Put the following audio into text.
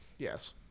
Yes